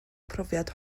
profiad